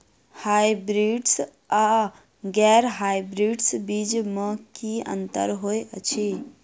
Hybrids आ गैर hybrids बीज म की अंतर होइ अछि?